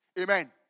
Amen